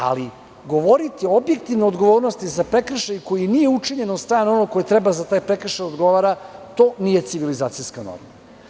Ali, govoriti o objektivnoj odgovornosti za prekršaj koji nije učinjen od strane onog koji treba za taj prekršaj da odgovara, to nije civilizacijska norma.